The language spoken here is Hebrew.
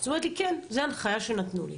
אז היא אמרה לי: כן, זו ההנחיה שנתנו לי.